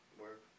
work